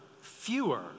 fewer